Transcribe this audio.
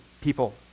people